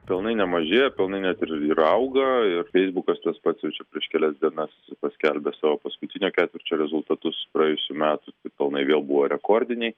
pelnai nemažėja pelnai net ir ir auga ir feisbukas tas pats jau čia prieš kelias dienas paskelbė savo paskutinio ketvirčio rezultatus praėjusių metų tai pelnai vėl buvo rekordiniai